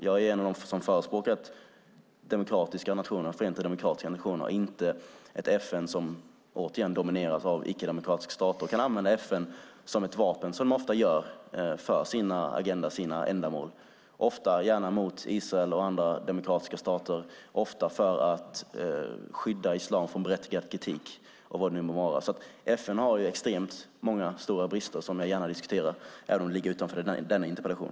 Jag är en av dem som förespråkar ett Förenta demokratiska nationerna och inte ett FN som, återigen, domineras av icke-demokratiska stater som kan använda FN som ett vapen, vilket de ofta gör, för sin agenda och sina ändamål, ofta och gärna mot Israel och andra demokratiska stater och ofta för att skydda islam från berättigad kritik och vad det nu må vara. FN har alltså extremt många stora brister som jag gärna diskuterar, även om det ligger utanför denna interpellation.